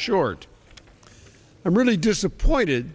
short i'm really disappointed